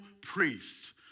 priests